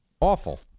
Awful